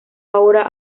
ahora